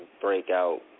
breakout